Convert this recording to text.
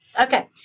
Okay